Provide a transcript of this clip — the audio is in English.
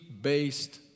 based